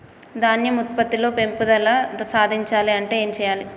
ధాన్యం ఉత్పత్తి లో పెంపుదల సాధించాలి అంటే ఏం చెయ్యాలి?